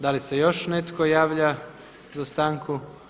Da li se još netko javlja za stanku?